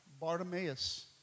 Bartimaeus